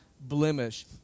blemish